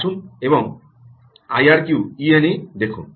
আসুন এবং আইআরকিউইএনএ দেখুন